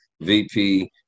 vp